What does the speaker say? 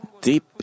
deep